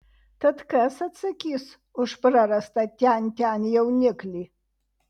tad kas atsakys už prarastą tian tian jauniklį